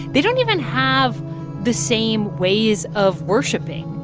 they don't even have the same ways of worshipping.